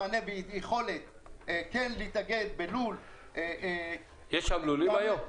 מענה ויכולת כן להתאגד בלול --- יש שם לולים היום?